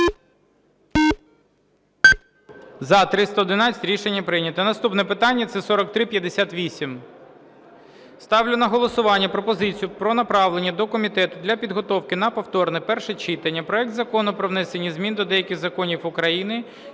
За-311 Рішення прийнято. Наступне питання – це 4358. Ставлю на голосування пропозицію про направлення до комітету для підготовки на повторне перше читання проект Закону про внесення змін до деяких законів України